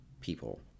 people